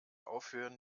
aufhören